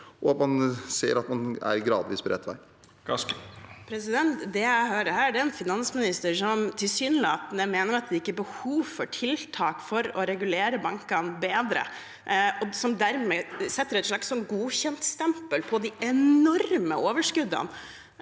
og man ser at man gradvis er på rett vei. Kari Elisabeth Kaski (SV) Det jeg hører her, er en finansminister som tilsynelatende mener at det ikke er behov for tiltak for å regulere bankene bedre, og som dermed setter et slags godkjentstempel på de enorme overskuddene